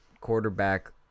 quarterback